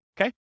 Okay